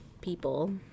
people